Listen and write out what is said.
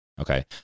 Okay